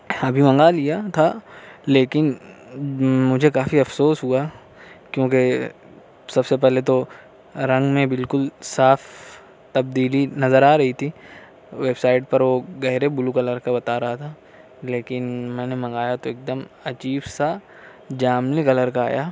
ابھی منگا لیا تھا لیکن مجھے کافی افسوس ہوا کیوں کہ سب سے پہلے تو رنگ میں بالکل صاف تبدیلی نظر آ رہی تھی ویب سائٹ پر وہ گہرے بلیو کلر کا بتا رہا تھا لیکن میں نے منگايا تو ايک دم عجيب سا جامنى كلر كا آيا